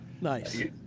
Nice